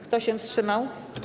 Kto się wstrzymał?